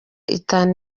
itanu